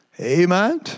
Amen